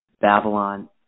Babylon